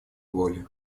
воли